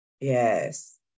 Yes